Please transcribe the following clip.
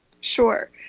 Sure